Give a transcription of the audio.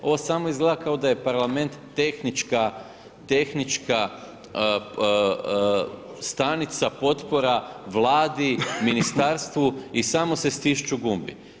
Ovo samo izgleda kao da je parlament tehnička stanica potpora, vladi, ministarstvu i samo se stišću gumbi.